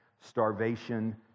starvation